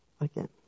again